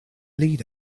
lead